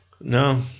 No